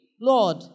Lord